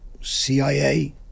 CIA